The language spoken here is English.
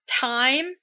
time